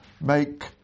make